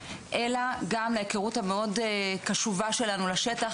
אלא גם להכרות המאוד קשובה שלנו לשטח,